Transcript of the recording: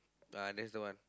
ah that's the one